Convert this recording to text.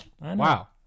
Wow